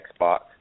Xbox